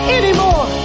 anymore